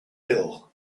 hill